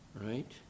right